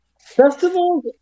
Festivals